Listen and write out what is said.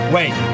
Wait